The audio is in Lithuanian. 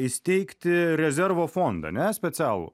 įsteigti rezervo fondą ne specialų